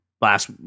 last